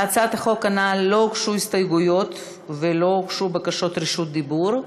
להצעת החוק הנ"ל לא הוגשו הסתייגויות ולא הוגשו בקשות רשות דיבור,